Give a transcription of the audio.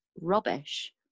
rubbish